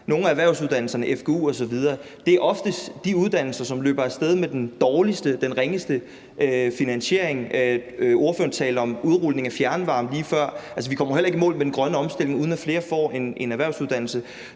nogle af erhvervsuddannelserne, fgu osv. – oftest er de uddannelser, som løber af sted med den dårligste, den ringeste finansiering. Ordføreren talte lige før om udrulning af fjernvarme. Altså, vi kommer heller ikke i mål med den grønne omstilling, uden at flere får en erhvervsuddannelse.